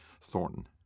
Thornton